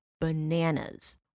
bananas